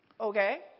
Okay